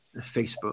Facebook